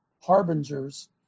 harbingers